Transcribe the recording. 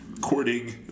courting